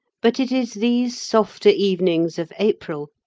but it is these softer evenings of april,